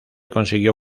consiguió